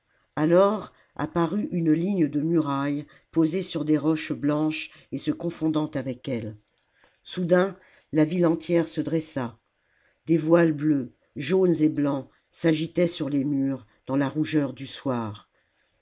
alors apparut une ligne de murailles posée sur des roches blanches et se confondant avec elles soudain la ville entière se dressa des voiles bleus jaunes et blancs s'agitaient sur les murs dans la rougeur du son